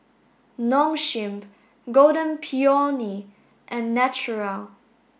Nong Shim Golden Peony and Naturel